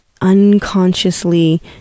unconsciously